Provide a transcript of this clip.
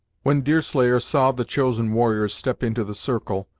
when deerslayer saw the chosen warriors step into the circle,